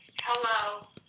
Hello